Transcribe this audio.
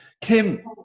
Kim